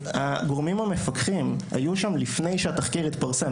הגורמים המפקחים היו שם לפני שהתחקיר התפרסם,